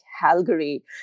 Calgary